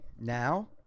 now